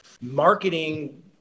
marketing